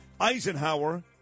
Eisenhower